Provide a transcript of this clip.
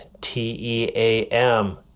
t-e-a-m